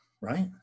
right